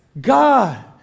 God